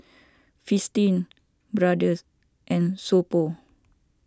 Fristine Brother and So Pho